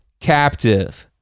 captive